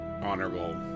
honorable